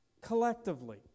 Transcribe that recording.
Collectively